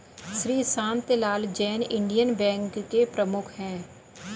Shri Shantilal Jain Indian Bank के प्रमुख है